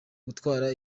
gutwara